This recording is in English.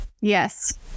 Yes